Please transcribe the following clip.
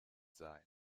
sein